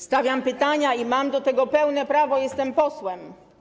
Stawiam pytania i mam do tego pełne prawo - jestem posłem.